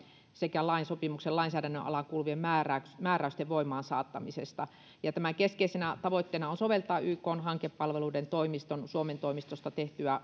sekä lain sopimuksen lainsäädännön alaan kuuluvien määräysten määräysten voimaansaattamisesta tämän keskeisenä tavoitteena on soveltaa ykn hankepalveluiden toimiston suomen toimistosta tehtyä